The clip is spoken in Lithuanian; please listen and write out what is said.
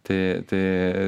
tai tai